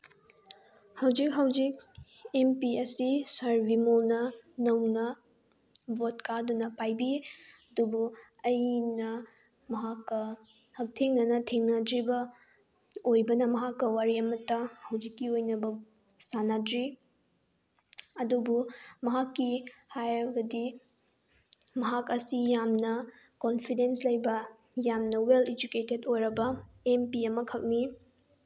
ꯍꯧꯖꯤꯛ ꯍꯧꯖꯤꯛ M P ꯑꯁꯤ ꯁꯥꯔ ꯕꯤꯃꯣꯜꯅ ꯅꯧꯅ ꯚꯣꯠ ꯀꯥꯗꯨꯅ ꯄꯥꯏꯕꯤ ꯑꯗꯨꯕꯨ ꯑꯩꯅ ꯃꯍꯥꯛꯀ ꯍꯛꯊꯦꯡꯅꯅ ꯊꯦꯡꯅꯗ꯭ꯔꯤꯕ ꯑꯣꯏꯕꯅ ꯃꯍꯥꯛꯀ ꯋꯥꯔꯤ ꯑꯃꯠꯇ ꯍꯧꯖꯤꯛꯀꯤ ꯑꯣꯏꯅꯕꯣꯛ ꯁꯥꯅꯗ꯭ꯔꯤ ꯑꯗꯨꯕꯨ ꯃꯍꯥꯛꯀꯤ ꯍꯥꯏꯔꯕꯗꯤ ꯃꯍꯥꯛ ꯑꯁꯤ ꯌꯥꯝꯅ ꯀꯣꯟꯐꯤꯗꯦꯟ ꯂꯩꯕ ꯌꯥꯝꯅ ꯋꯦꯜ ꯏꯖꯨꯀꯦꯇꯦꯠ ꯑꯣꯏꯔꯕ ꯑꯦꯝ ꯄꯤ ꯑꯃꯈꯛꯅꯤ